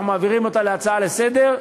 אנחנו מעבירים אותה להצעה לסדר-היום,